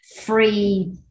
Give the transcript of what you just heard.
free